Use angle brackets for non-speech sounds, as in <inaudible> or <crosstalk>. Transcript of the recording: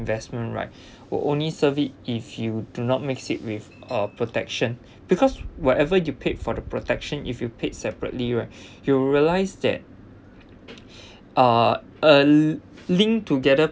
investment right <breath> would only serve it if you do not mix it with uh protection because whatever you paid for the protection if you paid separately right <breath> you will realise that <breath> uh linked together